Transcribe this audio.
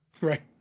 Right